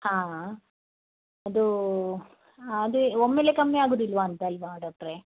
ಹಾಂ ಅದು ಅದೆ ಒಮ್ಮೆಲೆ ಕಮ್ಮಿ ಆಗುದಿಲ್ಲವಾ ಅಂತ ಅಲ್ವ ಡಾಕ್ಟ್ರೆ